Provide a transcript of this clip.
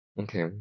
Okay